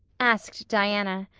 asked diana.